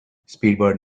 speedbird